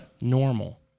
normal